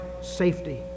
safety